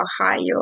Ohio